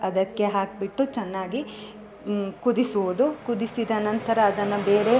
ಅದಕ್ಕೆ ಹಾಕಿಬಿಟ್ಟು ಚೆನ್ನಾಗಿ ಕುದಿಸುವುದು ಕುದಿಸಿದ ನಂತರ ಅದನ್ನು ಬೇರೆ